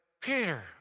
Peter